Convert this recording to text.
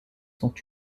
sont